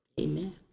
Amen